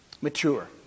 mature